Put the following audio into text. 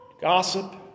Gossip